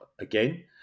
again